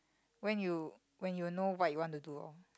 when you when you know what you want to do lor